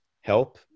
help